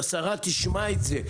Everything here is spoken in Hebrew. שהשרה תשמע את זה.